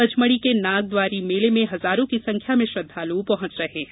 पचमढी के नागद्वारी मेले में हजारों की संख्या में श्रद्वाल् पहंच रहे है